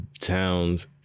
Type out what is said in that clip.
towns